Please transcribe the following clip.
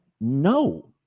No